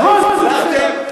ועכשיו,